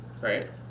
right